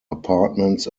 apartments